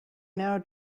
now